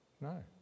No